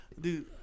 Dude